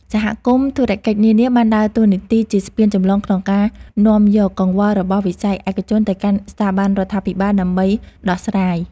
សមាគមធុរកិច្ចនានាបានដើរតួនាទីជាស្ពានចម្លងក្នុងការនាំយកកង្វល់របស់វិស័យឯកជនទៅកាន់ស្ថាប័នរដ្ឋាភិបាលដើម្បីដោះស្រាយ។